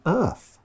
earth